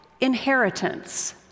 inheritance